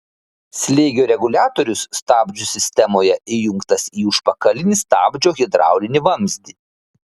slėgio reguliatorius stabdžių sistemoje įjungtas į užpakalinį stabdžio hidraulinį vamzdį